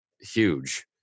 huge